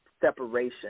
separation